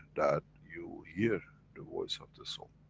that you hear the voice of the soul,